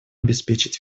обеспечить